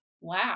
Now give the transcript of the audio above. wow